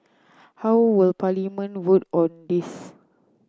how will Parliament vote on this